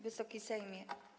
Wysoki Sejmie!